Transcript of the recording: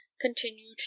continued